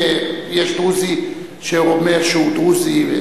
אם יש דרוזי שאומר שהוא דרוזי.